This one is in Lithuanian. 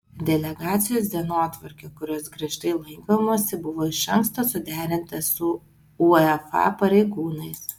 delegacijos dienotvarkė kurios griežtai laikomasi buvo iš anksto suderinta su uefa pareigūnais